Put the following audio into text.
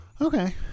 Okay